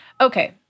Okay